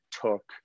took